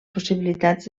possibilitats